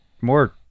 more